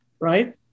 right